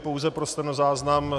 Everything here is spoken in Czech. Pouze pro stenozáznam.